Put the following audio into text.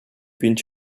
ever